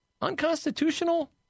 Unconstitutional